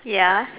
ya